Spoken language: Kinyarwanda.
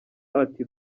ati